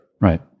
Right